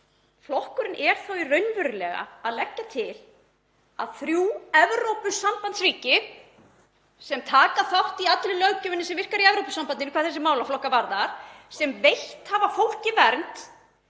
Flokkurinn er þá raunverulega að leggja til að þrjú Evrópusambandsríki, sem taka þátt í allri löggjöfinni sem virkar í Evrópusambandinu hvað þessa málaflokka varðar, sem veitt hafa fólki vernd